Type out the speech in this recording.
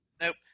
Nope